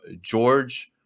george